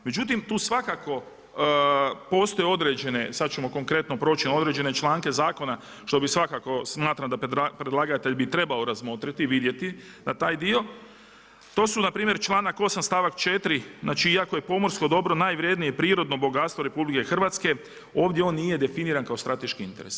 Međutim, tu svakako postoje određene, sad ćemo konkretno proći na određene članke zakona, što bi svakako smatram da predlagatelj bi trebao razmotriti, vidjeti na taj dio, to su npr. članak 8. stavak 4. znači iako je pomorsko dobro najvrijednije prirodno bogatstvo RH, ovdje on nije definiran kao strateški interes.